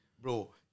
Bro